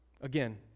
Again